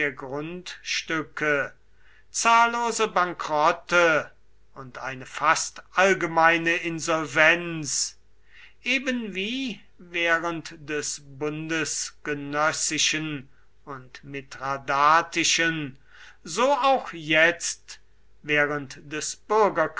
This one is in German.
grundstücke zahllose bankrotte und eine fast allgemeine insolvenz ebenwie während des bundesgenössischen und mithradatischen so auch jetzt während des